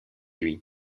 lui